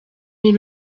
met